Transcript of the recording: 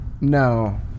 No